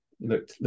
look